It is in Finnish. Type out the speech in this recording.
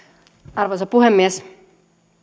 arvoisa puhemies